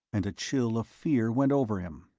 and a chill of fear went over him.